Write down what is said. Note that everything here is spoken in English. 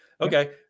Okay